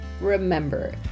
remember